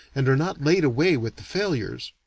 and are not laid away with the failures,